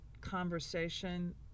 conversation